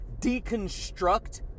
deconstruct